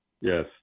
Yes